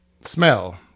Smell